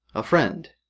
a friend,